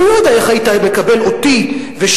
אני לא יודע איך היית מקבל אותי ושכמותי